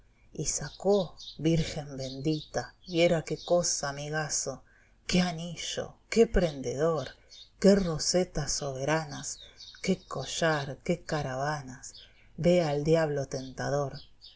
y sacó i virgen bendita viera qué cosa amigaso qué anillo qué prendedor qué rosetas soberanas qué collar qué carabanas vea al diablo tentador